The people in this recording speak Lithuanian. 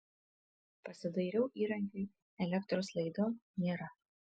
pasidairiau įrankiui elektros laido nėra